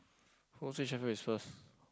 whichever is first